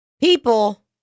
People